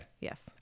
Yes